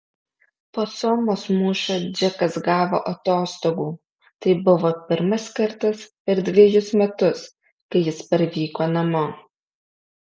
po somos mūšio džekas gavo atostogų tai buvo pirmas kartas per dvejus metus kai jis parvyko namo